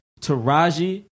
taraji